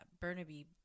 burnaby